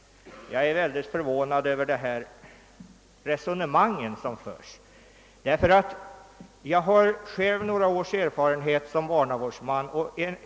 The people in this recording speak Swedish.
Jag är mycket förvånad över de resonemang som förs, därför att jag själv har några års erfarenhet som barnavårdsman.